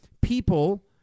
people